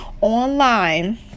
online